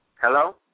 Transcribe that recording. Hello